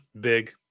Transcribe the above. big